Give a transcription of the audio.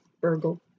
burgle